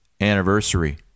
anniversary